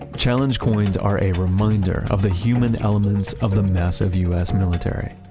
challenge coins are a reminder of the human elements of the massive us military,